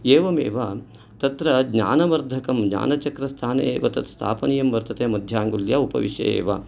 एवमेव तत्र ज्ञानवर्धकं ज्ञानचक्रस्थाने एव तत् स्थापनीयं वर्तते मध्याङ्गुल्या उपविश्य एव